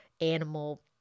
Animal